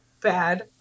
bad